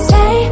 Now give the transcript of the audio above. Say